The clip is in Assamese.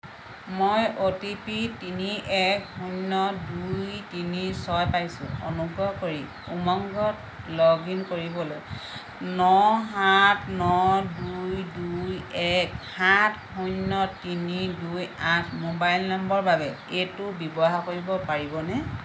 মই অ' টি পি তিনি এক শূণ্য দুই তিনি ছয় পাইছোঁ অনুগ্ৰহ কৰি উমংগত লগ ইন কৰিবলৈ ন সাত ন দুই দুই এক সাত শূণ্য তিনি দুই আঠ মোবাইল নম্বৰৰ বাবে এইটো ব্যৱহাৰ কৰিব পাৰিবনে